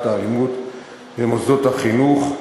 בית-ספרי והיקף תופעת האלימות במוסדות החינוך,